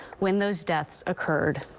when those deaths occurred.